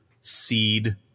seed